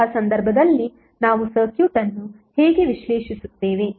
ಅಂತಹ ಸಂದರ್ಭದಲ್ಲಿ ನಾವು ಸರ್ಕ್ಯೂಟ್ ಅನ್ನು ಹೇಗೆ ವಿಶ್ಲೇಷಿಸುತ್ತೇವೆ